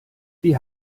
wie